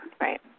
Right